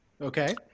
Okay